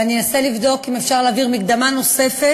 ואני אנסה לבדוק אם אפשר להעביר מקדמה נוספת,